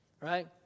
right